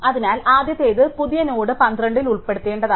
അതിനാൽ ആദ്യത്തേത് പുതിയ നോഡ് 12 ൽ ഉൾപ്പെടുത്തേണ്ടതാണ്